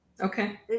Okay